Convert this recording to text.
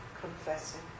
confessing